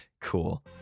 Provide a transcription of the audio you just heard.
cool